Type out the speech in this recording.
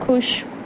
ਖੁਸ਼